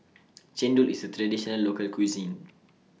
Chendol IS A Traditional Local Cuisine